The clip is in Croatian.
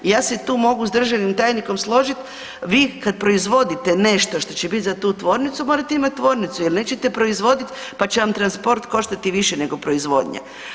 Ja se tu mogu s državnim tajnikom složit vi kad proizvodite nešto što će biti za tu tvornicu morate imati tvornicu jer nećete proizvodit pa će vam transport koštati više nego proizvodnja.